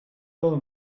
going